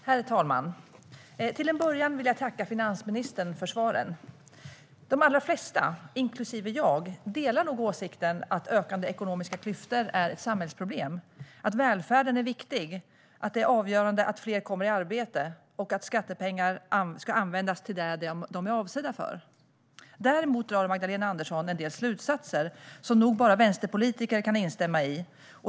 Herr talman! Jag vill börja med att tacka finansministern för svaret. De allra flesta, inklusive mig, delar nog åsikten att ökande ekonomiska klyftor är ett samhällsproblem, att välfärden är viktig, att det är avgörande att fler kommer i arbete och att skattepengar ska användas till det som de är avsedda för. Däremot drar Magdalena Andersson en del slutsatser som nog bara vänsterpolitiker kan instämma i.